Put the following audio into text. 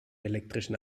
elektrischen